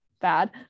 bad